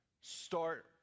Start